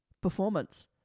Performance